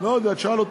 לא יודע, תשאל אותו.